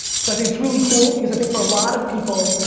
so i think it's really cool because i think for a lot of people,